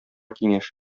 киңәш